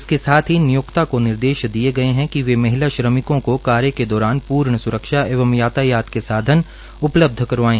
इसके साथ ही नियोक्ता का निर्देश दिए गए है वे महिला श्रमिकों को कार्य के दौरान पूर्ण सुरक्षा एवं यातायात के साधन उपलब्ध करवायें